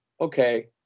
Okay